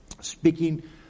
speaking